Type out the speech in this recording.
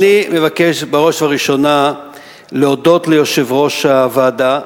אני מבקש בראש ובראשונה להודות ליושב-ראש הוועדה,